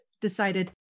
decided